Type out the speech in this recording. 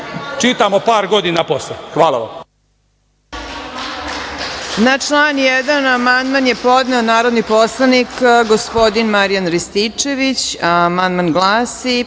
čitamo par godina posle. Hvala.